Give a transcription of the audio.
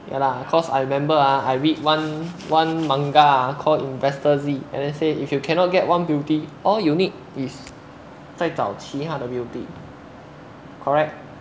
ya lah cause I remember ah I read one one manga call investor Z and then say if you cannot get one beauty all you need is 再找其他的 beauty correct